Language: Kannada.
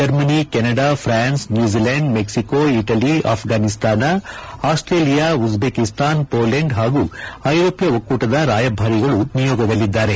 Germany Canada France New Zealand Mexico Italy Afghanistan Australia Uzbekistan Poland ಹಾಗೂ ಐರೋಪ್ನ ಒಕ್ಕೂಟದ ರಾಯಭಾರಿಗಳು ನಿಯೋಗದಲ್ಲಿದ್ದಾರೆ